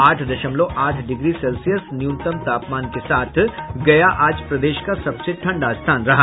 आठ दशमलव आठ डिग्री न्यूनतम सेल्सियस तापमान के साथ गया आज प्रदेश का सबसे ठंडा स्थान रहा